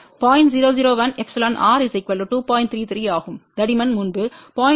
33 ஆகும் தடிமன் முன்பு 0